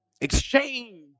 Exchange